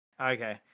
okay